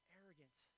arrogance